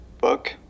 book